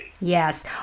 yes